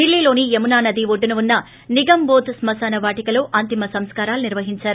దిల్లీలోని యమునా నది ఒడ్డున ఉన్న నిగంబోధ్ శ్కుశాన వాటికలో అంతిమ సంస్కారాలు నిర్వహించారు